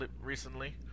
recently